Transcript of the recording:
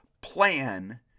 plan